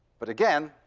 but again,